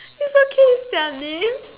it's okay